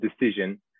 decision